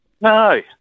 No